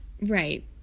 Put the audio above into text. Right